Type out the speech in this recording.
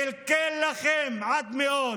קלקל לכם עד מאוד